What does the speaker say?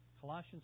Colossians